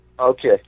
Okay